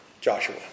Joshua